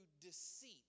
deceit